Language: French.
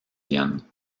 vienne